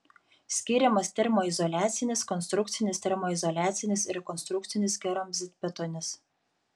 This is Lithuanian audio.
skiriamas termoizoliacinis konstrukcinis termoizoliacinis ir konstrukcinis keramzitbetonis